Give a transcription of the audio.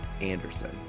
Anderson